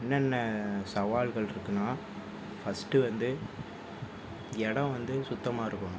என்னன்ன சவால்கள் இருக்குன்னால் ஃபஸ்ட் வந்து இடம் வந்து சுத்தமாக இருக்கணும்